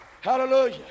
Hallelujah